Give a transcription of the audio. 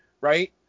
right